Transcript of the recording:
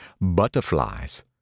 butterflies